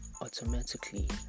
automatically